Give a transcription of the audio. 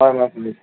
হয় মই শুনিম